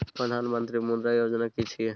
प्रधानमंत्री मुद्रा योजना कि छिए?